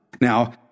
Now